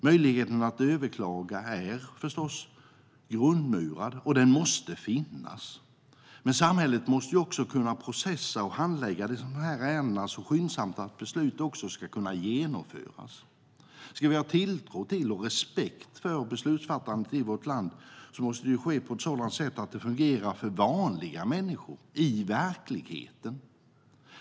Möjligheten att överklaga är förstås grundmurad, och den måste finnas. Men samhället måste också kunna processa och handlägga de här ärendena så skyndsamt att beslut ska kunna genomföras. Om vi ska ha tilltro till och respekt för beslutsfattandet i vårt land måste det ske på ett sådant sätt att det fungerar för vanliga människor i verkligheten.